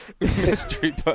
Mystery